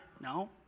No